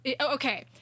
Okay